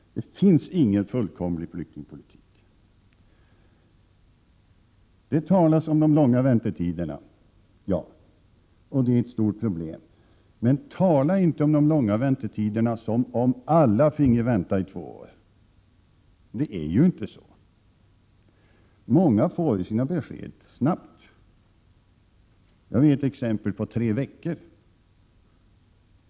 Det finns ingen fullkomlig flyktingpolitik. Det talas om de långa handläggningstiderna. Dessa är ett stort problem. Men tala inte om de långa handläggningstiderna som om alla fick vänta i två år! Så är det inte. Många får besked snabbt. Jag känner till fall där man fått besked på tre veckor.